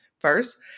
First